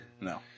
No